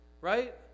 right